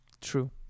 true